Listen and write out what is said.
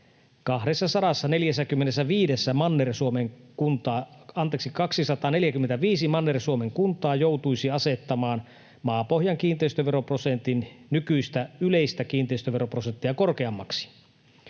245 Manner-Suomen kuntaa joutuisi asettamaan maapohjan kiinteistöveroprosentin nykyistä yleistä kiinteistöveroprosenttia korkeammaksi.